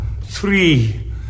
Three